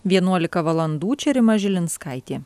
vienuolika valandų čia rima žilinskaitė